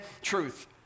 truth